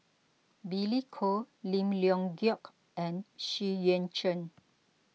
Billy Koh Lim Leong Geok and Xu Yuan Zhen